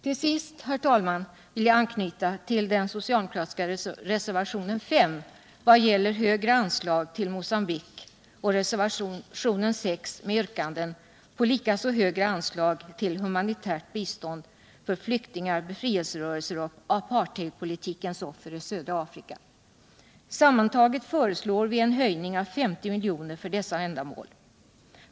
Till sist, herr talman, vill jag anknyta till den socialdemokratiska reservationen 5, vad gäller högre anslag till Mogambique, och reservationen 6, med yrkanden på likaså högre anslag till humanitärt bistånd för flyktingar, befrielserörelser och apartheidpolitikens offer i södra Afrika. Sammantaget föreslår vi en höjning med 50 miljoner för dessa ändamål.